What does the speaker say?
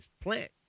plant